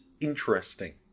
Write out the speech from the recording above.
interesting